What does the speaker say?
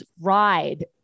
ride